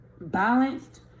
balanced